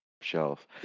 shelf